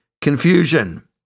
confusion